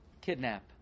kidnap